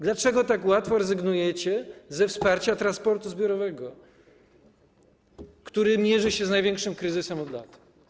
Dlaczego tak łatwo rezygnujecie ze wsparcia transportu zbiorowego, który mierzy się z największym od lat kryzysem?